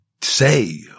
say